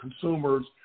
consumers